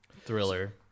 thriller